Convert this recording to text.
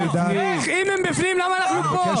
אם הם בפנים, למה אנחנו כאן?